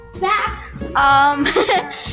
Back